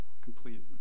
complete